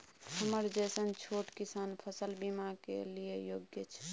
हमरा जैसन छोट किसान फसल बीमा के लिए योग्य छै?